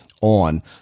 on